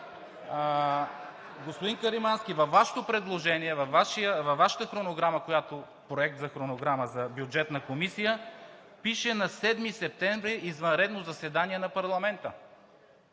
Господин Каримански, във Вашето предложение, във Вашата хронограма – проект за хронограма, за Бюджетната комисия пише: „На 7 септември – извънредно заседание на парламента“!